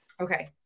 Okay